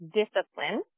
discipline